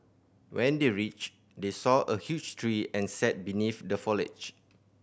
when they reached they saw a huge tree and sat beneath the foliage